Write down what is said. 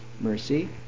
mercy